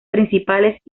principales